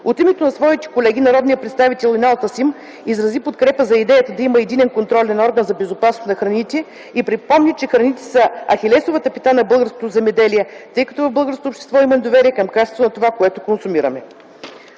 От името на своите колеги народният представител Юнал Тасим изрази подкрепа за идеята да има единен контролен орган за безопасност на храните и припомни, че храните са ахилесовата пета на българското земеделие, тъй като в българското общество има недоверие към качеството на това, което консумира.